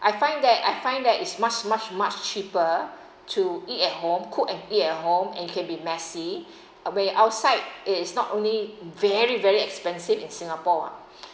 I find that I find that is much much much cheaper to eat at home cook and eat at home and can be messy when outside it is not only very very expensive in singapore ah